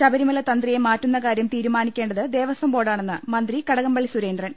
ശബരിമല തന്ത്രിയെ മാറ്റുന്ന കാര്യം തീരുമാനിക്കേണ്ടത് ദേവസ്വംബോർഡാണെന്ന് മന്ത്രി കടകംപളളി സുരേന്ദ്രൻ